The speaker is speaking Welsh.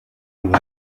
nhw